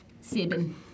Seven